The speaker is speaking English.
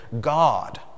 God